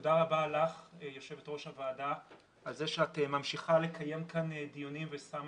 ותודה רבה לך יושבת ראש הוועדה על שאת ממשיכה לקיים כאן דיונים ושמה